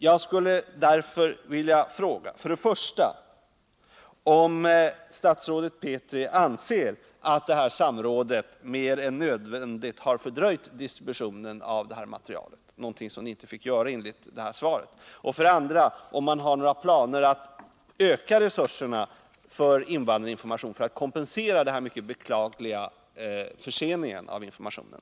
Jag vill därför för det första fråga om statsrådet Petri anser att det här samrådet mer än nödvändigt har fördröjt distributionen av materialet, något som det enligt det här svaret inte fick göra. För det andra vill jag fråga om han har några planer på att öka resurserna för invandrarinformation för att kompensera denna mycket beklagliga försening av informationen.